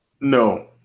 No